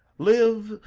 live,